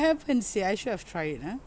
haven't sia I should have try it ah